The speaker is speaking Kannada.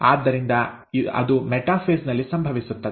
ಆದ್ದರಿಂದ ಅದು ಮೆಟಾಫೇಸ್ ನಲ್ಲಿ ಸಂಭವಿಸುತ್ತದೆ